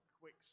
quick